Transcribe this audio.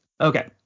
Okay